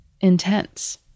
intense